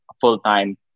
full-time